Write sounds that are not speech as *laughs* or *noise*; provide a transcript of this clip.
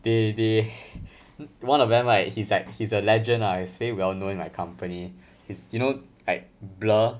they they *laughs* one of them right he's like he's a legend ah he's pretty well known in my company he's you know like blur